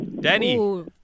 Danny